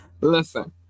listen